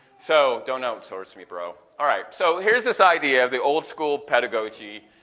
so, don't outsource me bro! alright, so here's this idea of the old skool pedagogy.